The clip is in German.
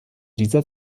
dieser